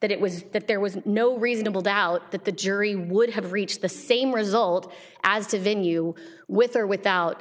that it was that there was no reasonable doubt that the jury would have reached the same result as to venue with or without